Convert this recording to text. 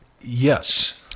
Yes